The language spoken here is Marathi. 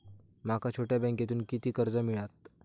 माका छोट्या बँकेतून किती कर्ज मिळात?